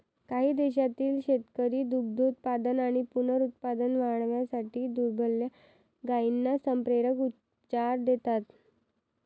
काही देशांतील शेतकरी दुग्धोत्पादन आणि पुनरुत्पादन वाढवण्यासाठी दुभत्या गायींना संप्रेरक उपचार देतात